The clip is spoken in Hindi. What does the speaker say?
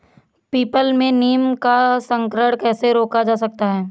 पीपल में नीम का संकरण कैसे रोका जा सकता है?